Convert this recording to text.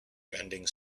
ending